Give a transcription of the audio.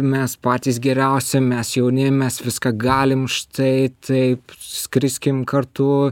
mes patys geriausi mes jauni mes viską galim štai taip skriskim kartu